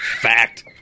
Fact